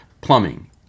plumbing